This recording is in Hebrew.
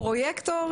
פרויקטור.